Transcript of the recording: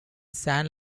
san